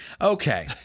Okay